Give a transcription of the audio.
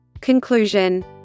Conclusion